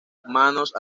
manos